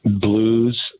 blues